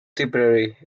tipperary